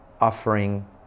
offering